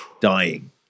dying